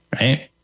right